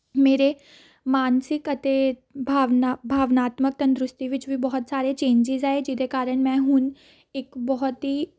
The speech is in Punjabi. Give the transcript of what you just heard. ਮੇਰੇ ਮਾਨਸਿਕ ਅਤੇ ਭਾਵਨਾ ਭਾਵਨਾਤਮਿਕ ਤੰਦਰੁਸਤੀ ਵਿੱਚ ਵੀ ਬਹੁਤ ਸਾਰੇ ਚੇਂਜਿਜ਼ ਆਏ ਜਿਹਦੇ ਕਾਰਨ ਮੈਂ ਹੁਣ ਇੱਕ ਬਹੁਤ ਹੀ